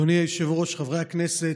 אדוני היושב-ראש, חברי הכנסת,